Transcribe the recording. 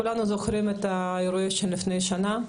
כולנו זוכרים את האירוע שהיה לפני שנה,